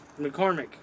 McCormick